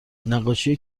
نقاشی